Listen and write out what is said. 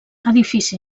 edifici